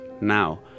now